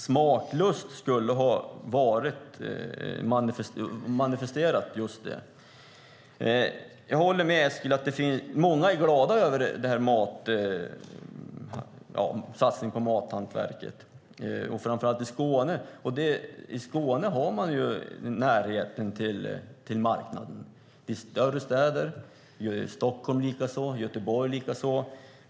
Smaklust skulle ha manifesterat just det. Jag håller med Eskil om att många, framför allt i Skåne, är glada över satsningen på mathantverket. I Skåne har man en närhet till marknaden. Det har man också i större städer som Stockholm och Göteborg.